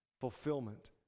Fulfillment